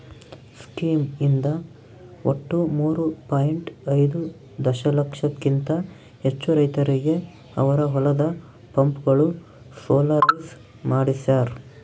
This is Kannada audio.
ಸ್ಕೀಮ್ ಇಂದ ಒಟ್ಟು ಮೂರೂ ಪಾಯಿಂಟ್ ಐದೂ ದಶಲಕ್ಷಕಿಂತ ಹೆಚ್ಚು ರೈತರಿಗೆ ಅವರ ಹೊಲದ ಪಂಪ್ಗಳು ಸೋಲಾರೈಸ್ ಮಾಡಿಸ್ಯಾರ್